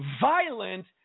violent